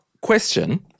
question